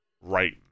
right